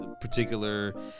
particular